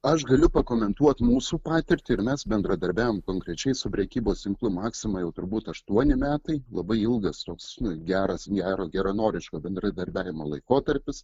aš galiu pakomentuot mūsų patirtį ir mes bendradarbiavom konkrečiai su prekybos tinklu maxima jau turbūt aštuoni metai labai ilgas toks geras gero geranoriško bendradarbiavimo laikotarpis